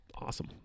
awesome